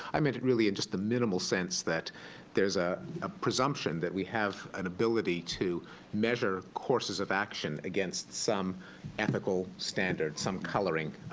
i meant it really in just the minimal sense that there's ah a presumption that we have an ability to measure courses of action against some ethical standard, some coloring.